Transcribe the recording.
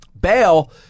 bail